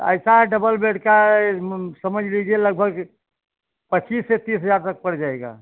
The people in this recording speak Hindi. ऐसा है डबल बेड का समझ लीजिए लगभग जिस पच्चीस से तीस हजार तक पड़ जाएगा